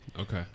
Okay